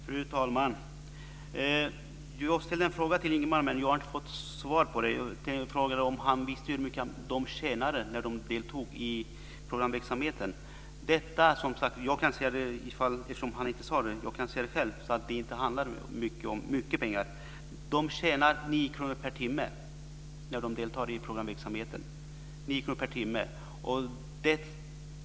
Fru talman! Jag ställde en fråga till Ingemar Vänerlöv, men jag har inte fått svar på den. Jag frågade om han visste hur mycket de tjänade när de deltog i programverksamheten. Eftersom han inte sade det kan jag säga själv att det inte handlar om mycket pengar. De tjänar 9 kr per timme när de deltar i programverksamheten.